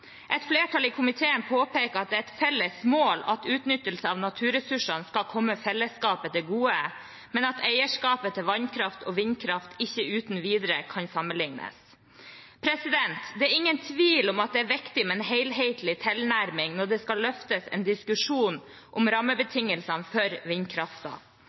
Et flertall i komiteen påpeker at det er et felles mål at utnyttelse av naturressursene skal komme fellesskapet til gode, men at eierskapet til vannkraft ikke uten videre kan sammenlignes med eierskapet til vindkraft. Det er ingen tvil om at det er viktig med en helhetlig tilnærming når en diskusjon om rammebetingelsene for